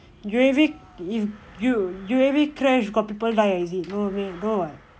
U_A_V if U_A_V crash got people die is it no no [what]